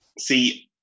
See